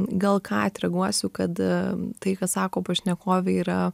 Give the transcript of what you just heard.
gal ką atreaguosiu kad tai ką sako pašnekovė yra